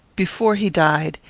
before he died,